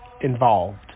involved